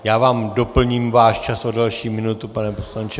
Já vám doplním váš čas o další minutu, pane poslanče.